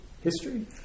history